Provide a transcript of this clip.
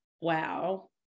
wow